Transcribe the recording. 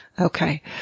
Okay